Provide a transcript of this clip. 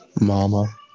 mama